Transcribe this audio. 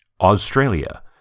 Australia